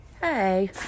Hey